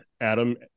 Adam